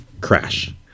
crash